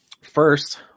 first